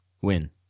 win